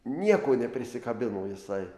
nieko neprisikabino jisai